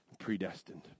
predestined